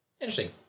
Interesting